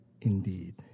indeed